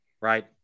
right